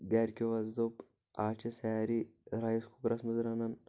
گرِکیٚو حظ دوٚپ اَز چھِ سحری رایِس کُکرس منٛز رَنان